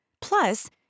Plus